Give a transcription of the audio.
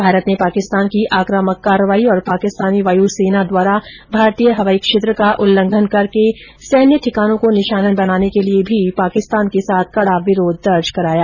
भारत ने पाकिस्तान की आक्रमक कार्रवाई और पाकिस्तानी वाय सेना द्वारा भारतीय हवाई क्षेत्र का उल्लंघन करके सैन्य ठिकानों को निशाने बनाने के लिए भी पाकिस्तान के साथ कड़ा विरोध दर्ज कराया